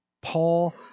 Paul